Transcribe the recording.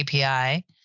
API